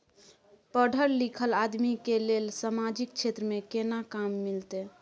पढल लीखल आदमी के लेल सामाजिक क्षेत्र में केना काम मिलते?